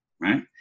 right